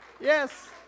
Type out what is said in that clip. Yes